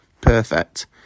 Perfect